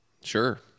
Sure